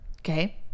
Okay